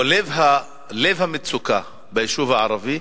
או לב המצוקה ביישוב הערבי,